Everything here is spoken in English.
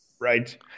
Right